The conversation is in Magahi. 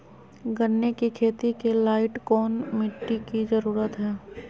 गन्ने की खेती के लाइट कौन मिट्टी की जरूरत है?